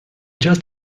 just